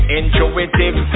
intuitive